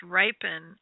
ripen